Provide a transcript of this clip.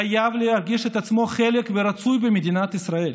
חייב להרגיש את עצמו חלק ורצוי במדינת ישראל.